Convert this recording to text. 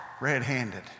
red-handed